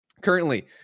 Currently